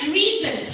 reason